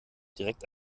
direkt